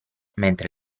mentre